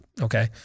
okay